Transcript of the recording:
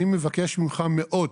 אני מבקש ממך מאוד